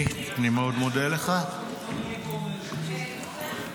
אנחנו לא צריכים,